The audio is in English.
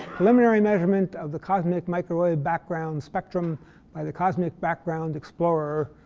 preliminary measurement of the cosmic microwave background spectrum by the cosmic background explorer,